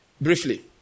briefly